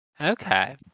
okay